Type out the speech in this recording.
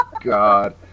God